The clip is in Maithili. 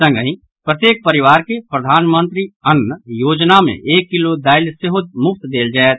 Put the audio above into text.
संगहि प्रत्येक परिवार के प्रधानमंत्री अन्न योजना मे एक किलो दाइल सेहो मुफ्त देल जायत